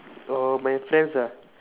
or my friends ah